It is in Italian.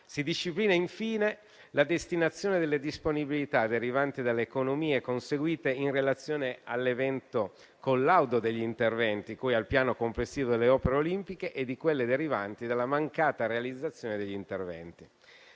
Si disciplina infine la destinazione delle disponibilità derivanti dalle economie conseguite in relazione all'evento collaudo degli interventi, cui al piano complessivo delle opere olimpiche, e di quelle derivanti dalla mancata realizzazione degli interventi.